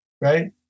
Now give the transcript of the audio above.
right